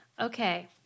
Okay